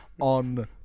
on